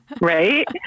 Right